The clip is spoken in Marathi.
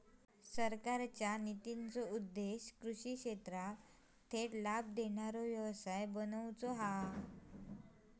सरकारचे नितींचो उद्देश्य कृषि क्षेत्राक थेट लाभ देणारो व्यवसाय बनवुचा हा